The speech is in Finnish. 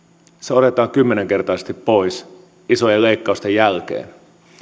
otetaan kymmenkertaisesti pois isojen leikkausten jälkeen